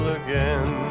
again